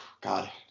God